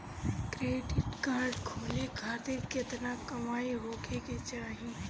Credit card खोले खातिर केतना कमाई होखे के चाही?